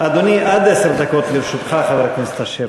אדוני, עד עשר דקות לרשותך, חבר הכנסת אשר.